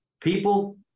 people